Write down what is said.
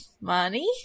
Money